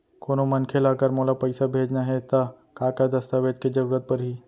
कोनो मनखे ला अगर मोला पइसा भेजना हे ता का का दस्तावेज के जरूरत परही??